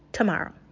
Tomorrow